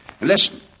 Listen